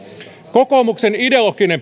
kokoomuksen ideologinen